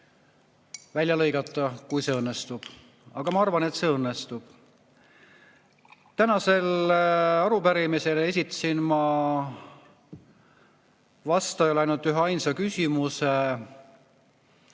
välja lõigata, kui see õnnestub. Aga ma arvan, et see õnnestub. Tänasel arupärimisel esitasin ma vastajale ainult üheainsa küsimuse: